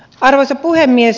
arvoisa puhemies